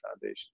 Foundation